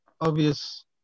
obvious